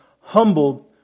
Humbled